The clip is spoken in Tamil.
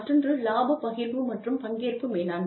மற்றொன்று இலாபப் பகிர்வு மற்றும் பங்கேற்பு மேலாண்மை